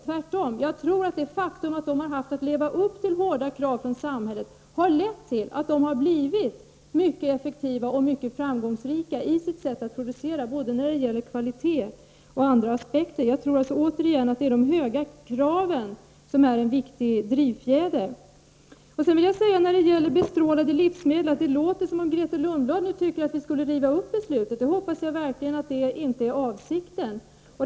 Tvärtom tror jag att det förhållandet att de har haft att leva upp till hårda krav från samhället har lett till att de har blivit mycket effektiva och mycket framgångsrika i sitt sätt att producera, när det gäller både kvalitet och andra aspekter. Återigen vill jag säga att det är de höga kraven som är en viktig drivfjäder. Det låter nu som att Grethe Lundblad vill att beslutet om förbud mot bestrålade livsmedel skall rivas upp. Jag hoppas verkligen att det inte är avsikten.